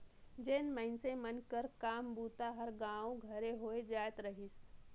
जेन मइनसे मन कर काम बूता हर गाँवे घरे होए जात रहिस